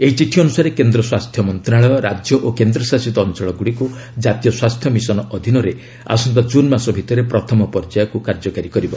ଏହି ଚିଠି ଅନ୍ତସାରେ କେନ୍ଦ୍ର ସ୍ୱାସ୍ଥ୍ୟ ମନ୍ତ୍ରଣାଳୟ ରାଜ୍ୟ ଓ କେନ୍ଦ୍ରଶାସିତ ଅଞ୍ଚଳଗୁଡ଼ିକୁ କାତୀୟ ସ୍ୱାସ୍ଥ୍ୟ ମିଶନ ଅଧୀନରେ ଆସନ୍ତା ଜୁନ୍ ମାସ ଭିତରେ ପ୍ରଥମ ପର୍ଯ୍ୟାୟକୁ କାର୍ଯ୍ୟକାରୀ କରିବ